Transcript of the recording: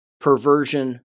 perversion